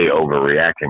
overreacting